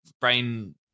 brain